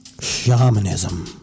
shamanism